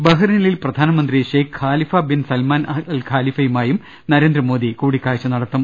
ബഹറിനിൽ പ്രധാനമന്ത്രി Sheikh Khalifa bin Salman അൽഖാലിഫയുമായും Narendra Modi കൂടിക്കാഴ്ച നടത്തും